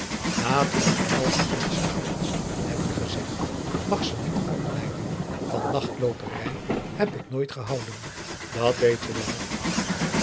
later dan elf uren s avonds heb ik gezegd mag ze niet uitblijven van nachtlooperij heb ik nooit gehouden dat weet je wel